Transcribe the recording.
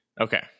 Okay